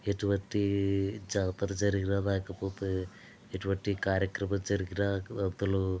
ఎటువంటి జాతర జరిగిన లేకపోతే ఎటువంటి కార్యక్రమాలు జరిగిన అందులో